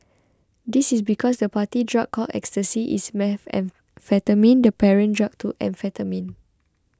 this is because the party drug called Ecstasy is methamphetamine the parent drug to amphetamine